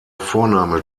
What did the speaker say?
vorname